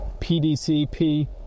PDCP